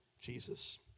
Jesus